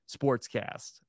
sportscast